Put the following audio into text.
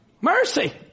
Mercy